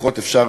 לפחות אפשר